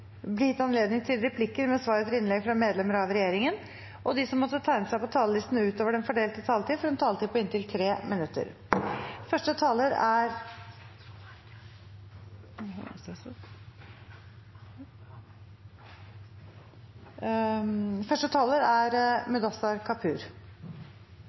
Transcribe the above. replikker med svar etter innlegg fra medlemmer av regjeringen, og de som måtte tegne seg på talerlisten utover den fordelte taletid, får en taletid på inntil 3 minutter. Kampen mot seksuell trakassering og vold i arbeidslivet er en av de store likestillingskampene vi er